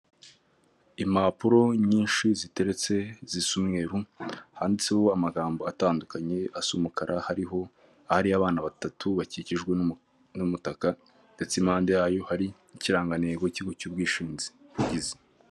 Impapuro nyinshi ziteretse zisa umweru handitseho amagambo atandukanye asu umukara hariho ahari abana batatu bakikijwe n'umutaka ndetse impande yayo hari ikirangantego cy'ikigo cy'ubwishingizi.